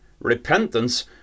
repentance